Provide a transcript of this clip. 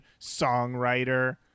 songwriter